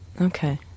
Okay